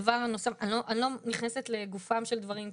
אני לא נכנסת לגופם של דברים,